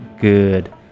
good